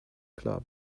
club